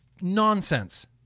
Nonsense